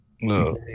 no